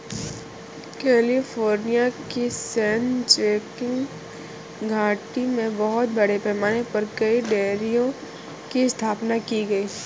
California की San Joaquin घाटी में बहुत बड़े पैमाने पर कई डेयरियों की स्थापना की गई है